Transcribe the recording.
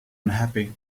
unhappy